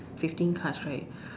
fifteen cards right